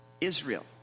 Israel